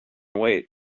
wait